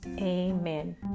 amen